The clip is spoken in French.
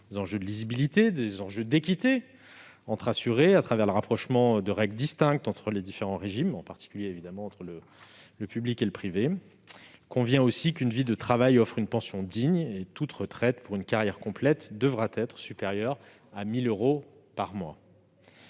des enjeux de simplicité, de lisibilité, d'équité entre assurés à travers le rapprochement de règles distinctes selon les différents régimes, en particulier entre les secteurs public et privé. Il convient aussi qu'une vie de travail offre une pension digne : toute retraite pour une carrière complète devra ainsi être supérieure à 1 000 euros par mois.